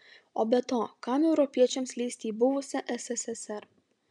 o be to kam europiečiams lįsti į buvusią sssr